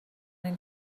این